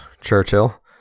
Churchill